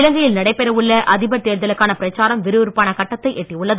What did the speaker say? இலங்கையில் நடைபெற உள்ள அதிபர் தேர்தலுக்கான பிரச்சாரம் விறுவிறுப்பான கட்டத்தை எட்டியுள்ளது